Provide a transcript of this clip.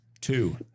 Two